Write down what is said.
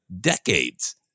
decades